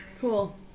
Cool